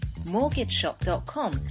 MortgageShop.com